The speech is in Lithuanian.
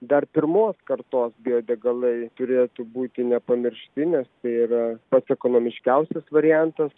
dar pirmos kartos biodegalai turėtų būti nepamiršti nes tai yra pats ekonomiškiausias variantas